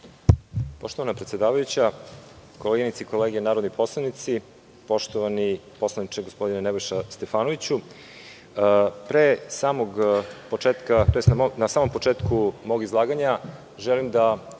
Poštovana predsedavajuća, koleginice i kolege narodni poslanici, poštovani poslaničke, gospodine Nebojša Stefanoviću, na samom početku mog izlaganja želim da